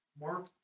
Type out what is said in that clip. Mark